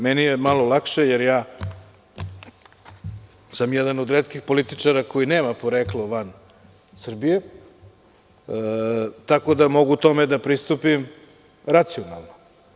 Meni je malo lakše jer sam ja jedan od retkih političara koji nema poreklo van Srbije, tako da mogu tome da pristupim racionalno.